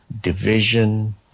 division